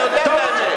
אתה יודע את האמת.